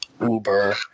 uber